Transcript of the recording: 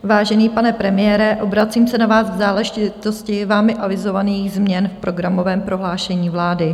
Vážený pane premiére, obracím se na vás v záležitosti vámi avizovaných změn v programovém prohlášení vlády.